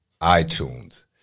iTunes